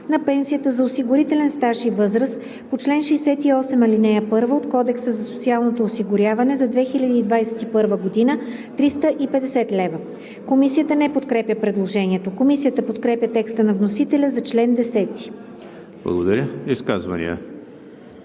на пенсията за осигурителен стаж и възраст по чл. 68, ал. 1 от Кодекса за социалното осигуряване за 2021 г. – 350 лв.“ Комисията не подкрепя предложението. Комисията подкрепя текста на вносителя за чл. 10. ПРЕДСЕДАТЕЛ